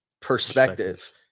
perspective